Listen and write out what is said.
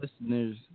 listeners